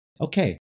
Okay